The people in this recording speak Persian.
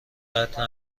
قطع